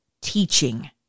teaching